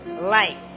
life